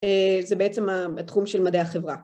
זה בעצם התחום של מדעי החברה.